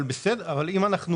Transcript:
נציגת רשות המסים